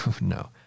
No